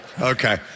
Okay